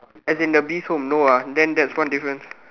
as in a bee comb no ah then that's one difference